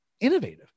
innovative